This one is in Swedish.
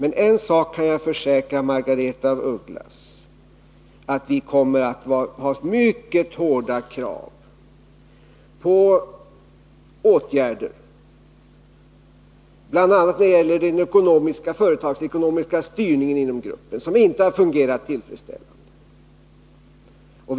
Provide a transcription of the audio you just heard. En sak kan jag emellertid försäkra Margaretha af Ugglas, nämligen att vi kommer att ställa mycket hårda krav när det gäller åtgärder, bl.a. beträffande den företagsekonomiska styrningen inom gruppen, som inte har fungerat tillfredsställande.